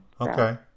okay